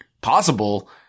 possible